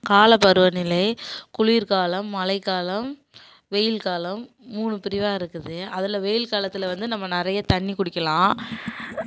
கால பருவநிலை குளிர்க்காலம் மழைக்காலம் வெயில் காலம் மூணு பிரிவாக இருக்குது அதில் வெயில் காலத்தில் வந்து நம்ம நிறையா தண்ணி குடிக்கலாம்